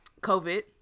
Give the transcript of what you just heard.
COVID